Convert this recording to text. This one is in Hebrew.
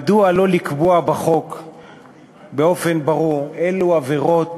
מדוע לא לקבוע בחוק באופן ברור אילו עבירות